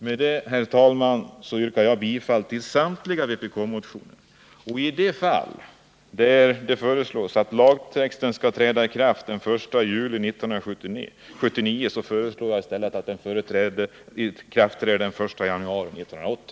Med detta, herr talman, yrkar jag bifall till samtliga vpk-motioner. I de fall där det föreslås att !agtexten skall träda i kraft den 1 juli 1979 föreslår jag i stället att den träder i kraft den 1 januari 1980.